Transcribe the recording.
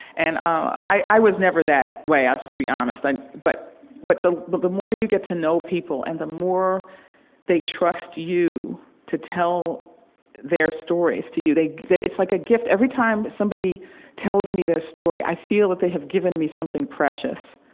and, um, i was never that way, i'll just be honest. i but but the the more you get to know people, and the more they trust you to tell their stories to you, they they it's like a gift. every time somebody tells me their story, i feel that they have given me something precious.